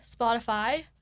Spotify